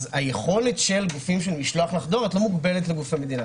אז היכולת של גופים לשלוח לך דואר את לא מוגבלת לגופי מדינה.